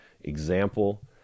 example